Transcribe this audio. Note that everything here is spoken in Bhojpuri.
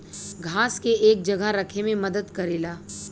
घास के एक जगह रखे मे मदद करेला